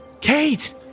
Kate